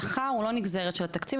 השכר הוא לא נגזרת של התקציב,